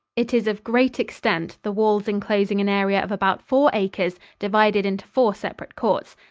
it is of great extent, the wails enclosing an area of about four acres, divided into four separate courts.